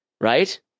right